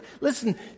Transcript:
Listen